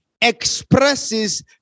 expresses